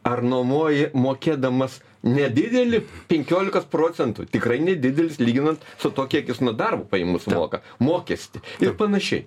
ar nuomoji mokėdamas nedidelį penkiolikos procentų tikrai nedidelis lyginan su tuo kiek jis nuo darbo pajamų sumoka mokestį ir panašiai